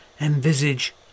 envisage